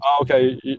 okay